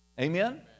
Amen